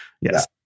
Yes